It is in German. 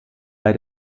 bei